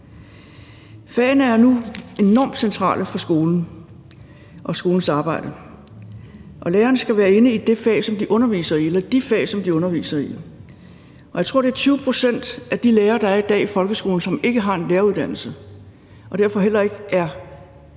Fagene er nu enormt centrale for skolen og skolens arbejde, og lærerne skal være inde i det fag eller de fag, som de underviser i. Jeg tror, det er 20 pct. af de lærere, der er i folkeskolen i dag, som ikke har en læreruddannelse, og som derfor heller ikke er